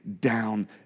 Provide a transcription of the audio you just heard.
down